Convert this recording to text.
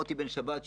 מוטי בן שבת מנהריה,